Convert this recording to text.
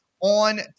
on